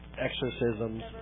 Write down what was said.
exorcisms